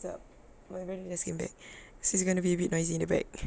jap my brother just came back so it's gonna be a bit noisy in the back